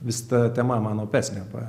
vis ta tema man opesnė